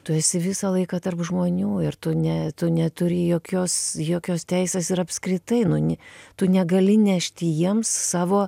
tu esi visą laiką tarp žmonių ir tu ne tu neturi jokios jokios teisės ir apskritai nu ni tu negali nešti jiems savo